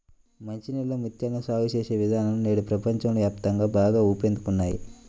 మంచి నీళ్ళలో ముత్యాలను సాగు చేసే విధానాలు నేడు ప్రపంచ వ్యాప్తంగా బాగా ఊపందుకున్నాయి